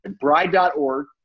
bride.org